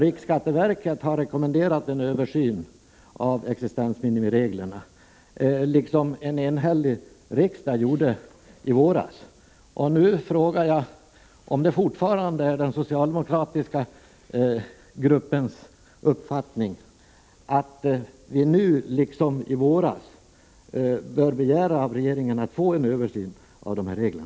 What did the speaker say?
Riksskatteverket har rekommenderat en översyn av dessa regler, vilket också en enhällig riksdag gjorde i våras. Nu frågar jag Hagar Normark om det fortfarande är den socialdemokratiska gruppens uppfattning att riksdagen nu liksom i våras bör begära av regeringen att få en översyn av dessa regler.